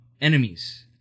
enemies